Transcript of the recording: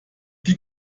die